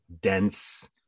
dense